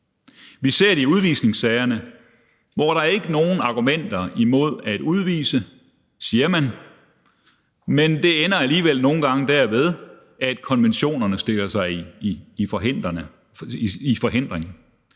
Vi ser det i udvisningssagerne, hvor der ikke er nogen argumenter imod at udvise, siger man, men det ender alligevel nogle gange derved, at konventionerne bliver en forhindring.